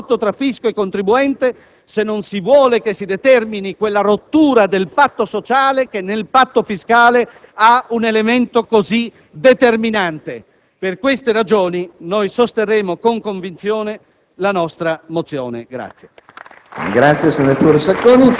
se si vuole ricostruire il rapporto tra fisco e contribuente, se non si vuole che si determini quella rottura del patto sociale che nel patto fiscale ha un elemento così determinante. Per queste ragioni, sosterremo con convinzione la nostra mozione.